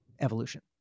evolution